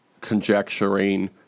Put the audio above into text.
conjecturing